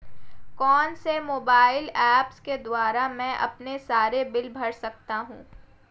कौनसे mobile apps के द्वारा मैं अपने सारे बिल भर सकता हूं?